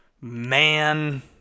man